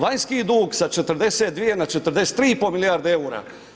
Vanjski dug sa 42 na 43,5 milijardi eura.